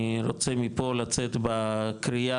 אני רוצה מפה לצאת בקריאה,